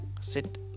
sit